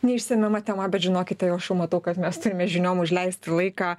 neišsemiama tema bet žinokite matau kad mes turime žiniom užleisti laiką